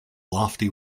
lofty